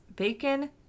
Bacon